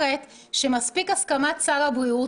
שמספיקה הסכמת שר הבריאות.